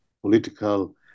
political